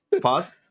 Pause